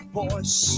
voice